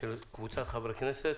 קבוצת חברי כנסת שמוזגה